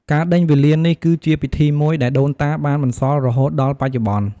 ការដេញវេលានេះគីជាពិធីមួយដែលដូនតាបានបន្សល់រហូតដល់បច្ចុប្បន្ន។